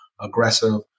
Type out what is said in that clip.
aggressive